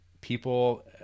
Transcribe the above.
people